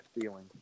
feeling